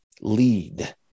lead